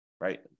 right